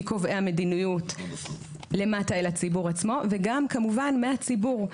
מקובעי המדיניות למטה אל הציבור עצמו וגם כמובן מהציבור.